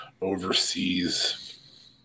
overseas